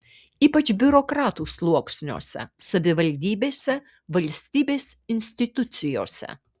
ypač biurokratų sluoksniuose savivaldybėse valstybės institucijose